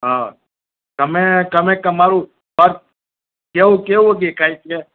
હા તમે તમે તમારું પર્સ કેવું કેવું દેખાય છે